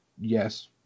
yes